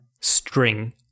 string